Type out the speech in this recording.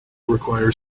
require